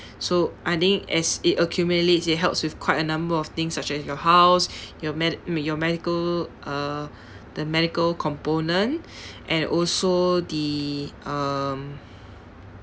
so I think as it accumulates it helps with quite a number of things such as your house your med~ your medical uh the medical component and also the um